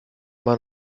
man